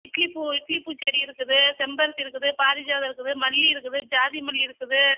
இட்லி பூ இட்லி பூ செடி இருக்குது செம்பருத்தி இருக்குது பாரிஜாதம் இருக்குது மல்லி இருக்குது ஜாதி மல்லி இருக்குது